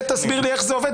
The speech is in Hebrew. תסביר לי איך זה עובד.